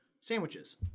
sandwiches